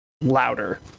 louder